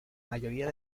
mayoría